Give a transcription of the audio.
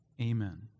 Amen